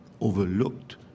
overlooked